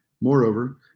Moreover